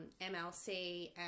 MLC